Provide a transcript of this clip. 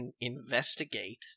investigate